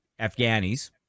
Afghanis